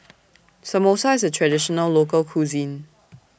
Samosa IS A Traditional Local Cuisine